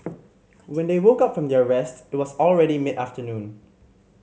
when they woke up from their rest it was already mid afternoon